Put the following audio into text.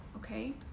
Okay